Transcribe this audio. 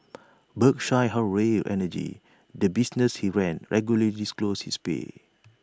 Berkshire Hathaway energy the business he ran regularly disclosed his pay